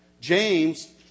James